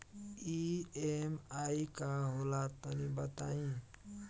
EMI का होला तनि बताई?